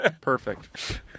Perfect